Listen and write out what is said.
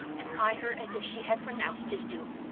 and eye her as if she had pronounced his doom.